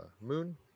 moon